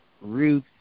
Ruth